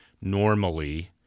normally